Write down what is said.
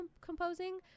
composing